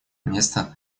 место